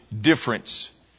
difference